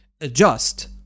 ...adjust